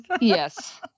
Yes